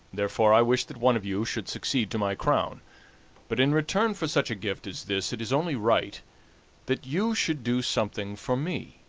therefore i wish that one of you should succeed to my crown but in return for such a gift as this it is only right that you should do something for me.